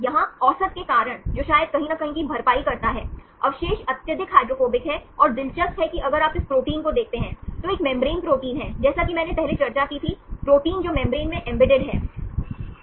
यहां औसत के कारण जो शायद कहीं न कहीं की भरपाई करता है अवशेष अत्यधिक हाइड्रोफोबिक हैं और दिलचस्प है कि अगर आप इस प्रोटीन को देखते हैं तो एक मेम्ब्रेन प्रोटीन है जैसा कि मैंने पहले चर्चा की थी प्रोटीन जो मेम्ब्रेन में एम्बेडेड हैं